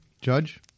judge